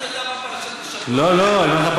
לא, לא.